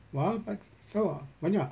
ya ayah tahu ah banyak